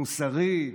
מוסרי,